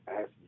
ask